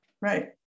Right